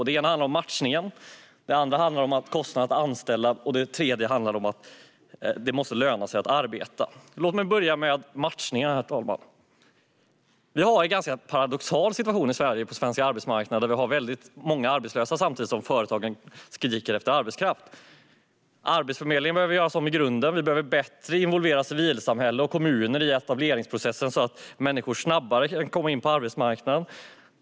Det första handlar om matchning, det andra om kostnaden att anställa och det tredje om att det måste löna sig att arbeta. Herr talman! Låt mig börja med att säga något om matchningen. Sverige har en paradoxal situation på arbetsmarknaden med många arbetslösa, samtidigt som företagen skriker efter arbetskraft. Arbetsförmedlingen behöver göras om i grunden. Vi behöver bättre involvera civilsamhälle och kommuner i etableringsprocessen så att människor snabbare kan komma in på arbetsmarknaden.